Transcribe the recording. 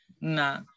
no